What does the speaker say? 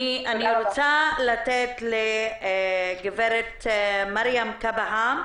אני רוצה לתת את רשות הדיבור לגברת מרים כהבא,